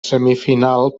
semifinal